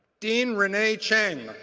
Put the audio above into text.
dean renee cheng,